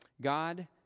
God